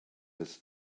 his